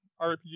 rpg